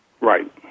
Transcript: Right